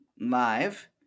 live